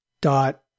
dot